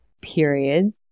period